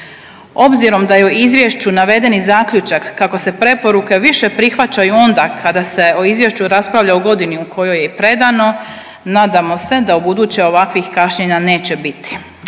Obzirom da je u izvješću naveden i zaključak kako se preporuke više prihvaćaju onda kada se o izvješću raspravlja u godini u kojoj je i predano nadamo se da ubuduće ovakvih kašnjenja neće biti.